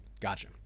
Gotcha